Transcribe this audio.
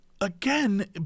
Again